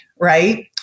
right